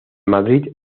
madrid